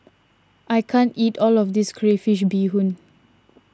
I can't eat all of this Crayfish BeeHoon